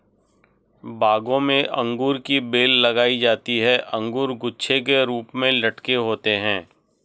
बागों में अंगूर की बेल लगाई जाती है अंगूर गुच्छे के रूप में लटके होते हैं